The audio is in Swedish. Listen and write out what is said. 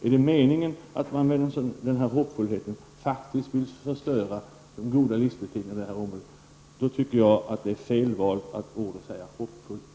Om man vill slå sönder de goda livsbetingelserna i det här området, kan det naturligtvis vara riktigt att använda ordet